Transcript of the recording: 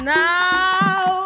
now